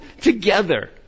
together